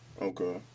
okay